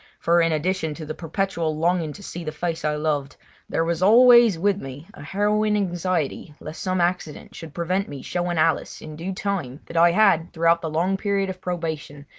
for in addition to the perpetual longing to see the face i loved there was always with me a harrowing anxiety lest some accident should prevent me showing alice in due time that i had, throughout the long period of probation,